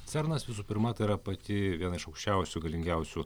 cernas visų pirma tai yra pati viena iš aukščiausių galingiausių